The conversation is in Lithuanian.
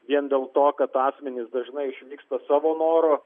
vien dėl to kad asmenys dažnai išvyksta savo noru